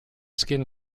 skin